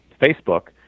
Facebook